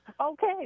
Okay